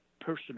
person